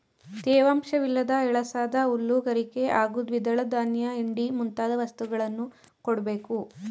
ತೇವಾಂಶವಿಲ್ಲದ ಎಳಸಾದ ಹುಲ್ಲು ಗರಿಕೆ ಹಾಗೂ ದ್ವಿದಳ ಧಾನ್ಯ ಹಿಂಡಿ ಮುಂತಾದ ವಸ್ತುಗಳನ್ನು ಕೊಡ್ಬೇಕು